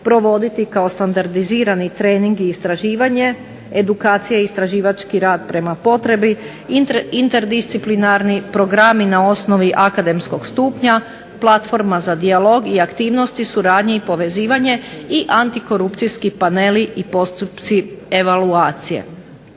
provoditi kao standardizirani trening i istraživanje, edukacija i istraživački rad prema potrebi, interdisciplinarni programi na osnovi akademskog stupnja, platforma za dijalog i aktivnosti suradnje i povezivanje i antikorupcijski paneli i postupci evaluacije.